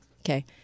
Okay